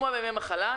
כמו בימי מחלה,